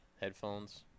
headphones